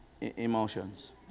Emotions